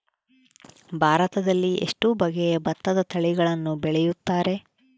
ಭಾರತದಲ್ಲಿ ಎಷ್ಟು ಬಗೆಯ ಭತ್ತದ ತಳಿಗಳನ್ನು ಬೆಳೆಯುತ್ತಾರೆ?